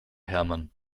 hermann